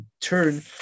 turn